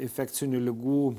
infekcinių ligų